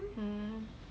hmm